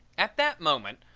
at that moment,